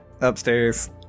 upstairs